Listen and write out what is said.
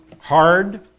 Hard